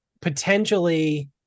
potentially